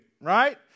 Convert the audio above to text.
right